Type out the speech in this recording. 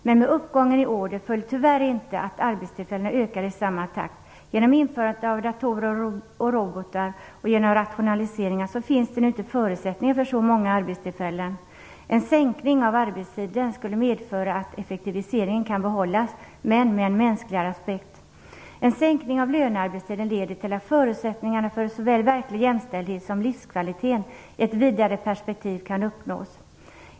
Men med uppgången i order följer tyvärr inte att arbetstillfällena ökar i samma takt. Genom införandet av datorer och robotar och genom rationaliseringar finns det nu inte förutsättningar för så många arbetstillfällen. En sänkning av arbetstiden skulle medföra att effektiviseringen kan behållas men med en mänskligare aspekt. En sänkning av lönearbetstiden leder till att förutsättningarna för såväl verklig jämställdhet som livskvalitet i ett vidare perspektiv kan uppnås.